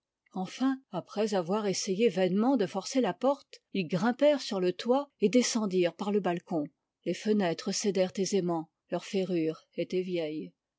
enfin après avoir essayé vainement de forcer la porte ils grimpèrent sur le toit et descendirent par le balcon les fenêtres cédèrent aisément leurs ferrures étaient vieilles